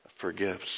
forgives